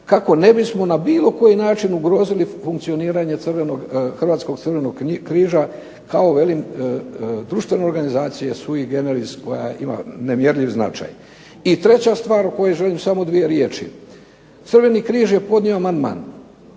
kako ne bismo na bilo koji način ugrozili funkcioniranje Hrvatskog crvenog križa kao velim društvene organizacije sui generis koja ima nemjerljiv značaj. I treća stvar o kojoj želim samo dvije riječi. Crveni križ je podnio amandman